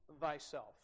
thyself